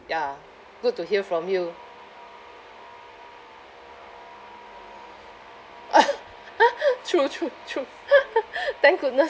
ya good to hear from you true true true thank goodness